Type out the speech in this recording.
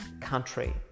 country